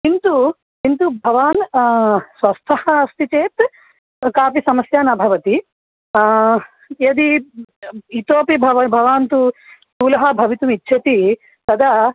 किन्तु किन्तु भवान् स्वस्थः अस्ति चेत् कापि समस्या न भवति यदि इतोपि भव भवान् तु स्थूलः भवितुमिच्छति तदा